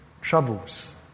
troubles